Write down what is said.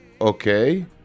Okay